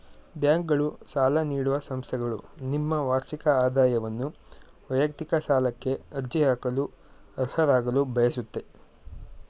ಬ್ಯಾಂಕ್ಗಳು ಸಾಲ ನೀಡುವ ಸಂಸ್ಥೆಗಳು ನಿಮ್ಮ ವಾರ್ಷಿಕ ಆದಾಯವನ್ನು ವೈಯಕ್ತಿಕ ಸಾಲಕ್ಕೆ ಅರ್ಜಿ ಹಾಕಲು ಅರ್ಹರಾಗಲು ಬಯಸುತ್ತೆ